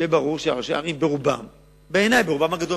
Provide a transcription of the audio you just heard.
שראשי ערים ברובם הגדול,